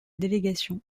délégation